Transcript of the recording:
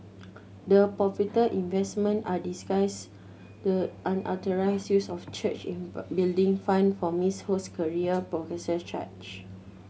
the purported investment are disguise the unauthorised use of church building funds for Miss Ho's career prosecutor charge